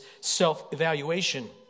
self-evaluation